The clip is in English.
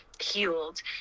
healed